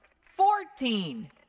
fourteen